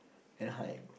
Anaheim